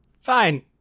Fine